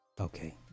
okay